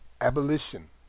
Abolition